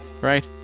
right